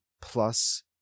plus